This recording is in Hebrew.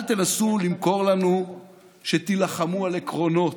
אל תנסו למכור לנו שתילחמו על עקרונות.